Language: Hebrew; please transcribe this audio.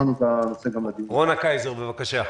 רונה קייזר, בבקשה.